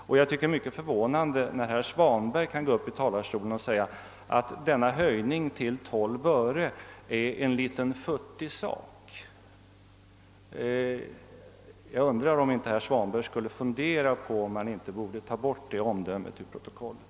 Jag tycker att det är mycket förvånande att herr Svanberg kan gå upp i talarstolen och säga att höjningen till 12 öre är en liten futtig sak. Jag undrar om inte herr Svanberg borde fundera på att ta bort det omdömet ur protokollet.